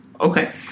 okay